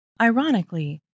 Ironically